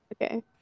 Okay